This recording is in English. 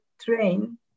train